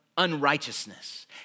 unrighteousness